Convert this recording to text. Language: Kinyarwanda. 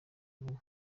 vuba